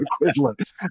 equivalent